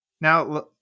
Now